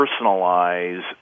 personalize